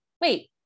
wait